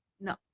No